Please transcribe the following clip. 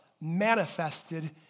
manifested